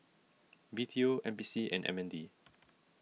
B T O N P C and M N D